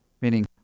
meaning